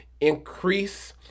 increase